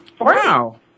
Wow